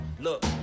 Look